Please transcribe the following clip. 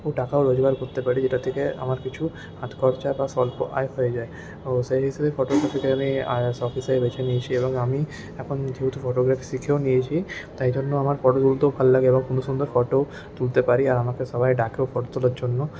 টাকাও রোজগার করতে পারি যেটা থেকে আমার কিছু হাত খরচা বা স্বল্প আয় হয়ে যায় ও সেই হিসেবে ফটোগ্রাফিকে আমি সখ হিসাবে বেছে নিয়েছি এবং আমি এখন যেহেতু ফটোগ্রাফি শিখেও নিয়েছি তাই জন্য আমার ফটো তুলতেও ভাল লাগে এবং অনেক সুন্দর ফটোও তুলতে পারি আর আমাকে সবাই ডাকেও ফটো তোলার জন্য